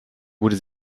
wurde